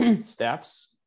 steps